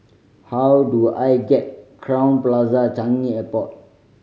how do I get Crowne Plaza Changi Airport